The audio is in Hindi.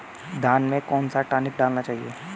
धान में कौन सा टॉनिक डालना चाहिए?